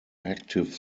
active